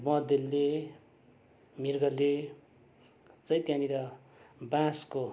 बँदेलले मृगले चाहिँ त्यहाँनिर बाँसको